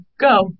Go